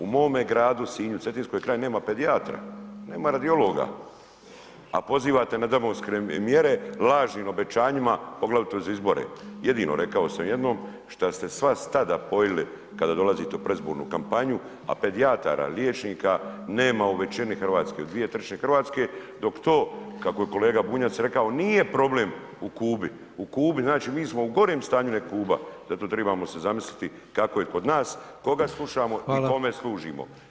U mome gradu Sinju, Cetinskoj krajini, nema pedijatra, nema radiologa, a pozovite na demografske mjere lažnim obećanjima, poglavito za izbore, jedino rekao sam jednom šta ste sva stada pojili kada dolazite u predizbornu kampanju, a pedijatara, liječnika nema u većini u RH, u 2/3 RH, dok to kako je kolega Bunjac rekao nije problem u Kubi, u Kubi, znači mi smo u gorem stanju nego Kuba zato trebamo se zamisliti kako je kod nas, koga slušamo i kome služimo.